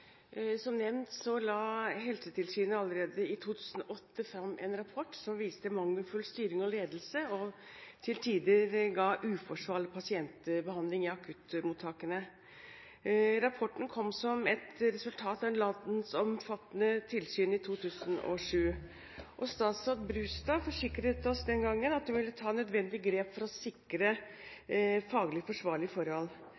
Som nevnt la Helsetilsynet allerede i 2008 fram en rapport som viste mangelfull styring og ledelse, og at man til tider ga uforsvarlig pasientbehandling i akuttmottakene. Rapporten kom som et resultat av et landsomfattende tilsyn i 2007. Daværende statsråd Brustad forsikret oss den gangen at hun ville ta nødvendige grep for å